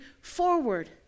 forward